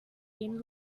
been